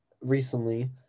recently